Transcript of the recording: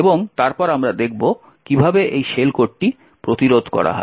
এবং তারপর আমরা দেখব কিভাবে এই শেল কোডটি প্রতিরোধ করা হয়